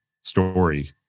story